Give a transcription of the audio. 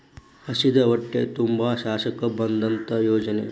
ಹಸಿದ ಹೊಟ್ಟೆ ತುಂಬಸಾಕ ಬಂದತ್ತ ಯೋಜನೆ